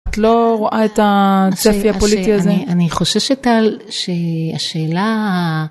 את לא רואה את הצפי הפוליטי הזה, אני חוששת טל שהשאלה...